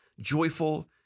joyful